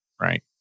right